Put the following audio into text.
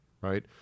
right